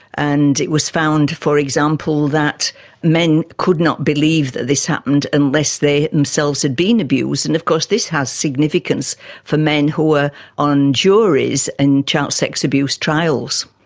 and it was found, for example, that men could not believe that this happened unless they themselves had been abused. and of course this has significance for men who are on juries in child sexual abuse trials.